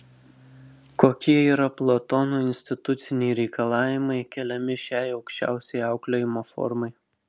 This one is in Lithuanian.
kokie yra platono instituciniai reikalavimai keliami šiai aukščiausiai auklėjimo formai